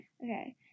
Okay